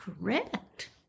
correct